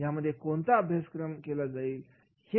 यामध्ये कोणता अभ्यास केला जाईल